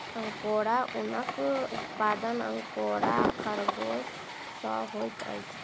angora ऊनक उत्पादन angora खरगोश सॅ होइत अछि